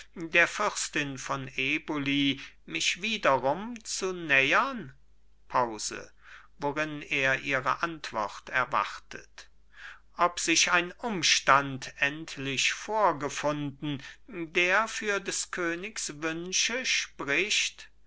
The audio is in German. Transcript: der fürstin von eboli mich wiederum zu nähern pause worin er ihre antwort erwartet ob sich ein umstand endlich vorgefunden der für des königs wünsche spricht